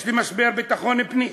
יש לי משבר ביטחון פנים,